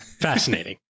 fascinating